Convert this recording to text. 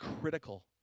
critical